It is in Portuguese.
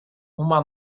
uma